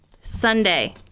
Sunday